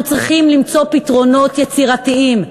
אנחנו צריכים למצוא פתרונות יצירתיים.